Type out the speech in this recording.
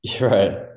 Right